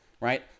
right